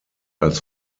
als